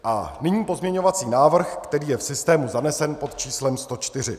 A nyní pozměňovací návrh, který je v systému zanesen pod číslem 104.